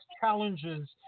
challenges